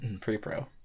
pre-pro